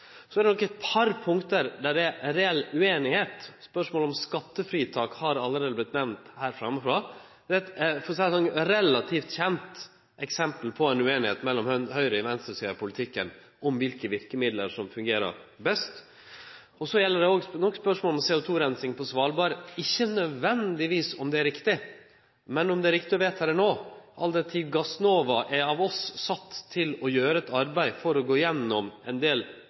Så er det eit par punkt med reell usemje. Spørsmålet om skattefritak har allereie vorte nemnt frå talarstolen. For å seie det sånn: Det er eit relativt kjent eksempel på usemje mellom høgre- og venstresida i politikken om kva for verkemiddel som fungerer best. Det gjeld òg spørsmålet om CO2-rensing på Svalbard: Ikkje nødvendigvis om det er riktig, men om det er riktig å vedta det nå, all den tid vi har sett Gassnova til å gjere eit arbeid med å gå gjennom ein del